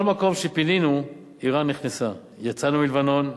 כל מקום שפינינו אירן נכנסה: יצאנו מלבנון,